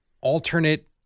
alternate